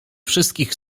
wszystkich